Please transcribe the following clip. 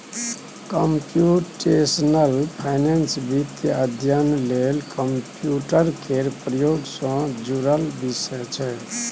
computational finance वित्तीय अध्ययन लेल कंप्यूटर केर प्रयोग सँ जुड़ल विषय छै